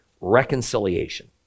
reconciliation